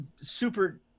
super